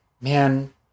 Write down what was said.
man